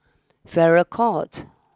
Farrer court